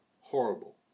horrible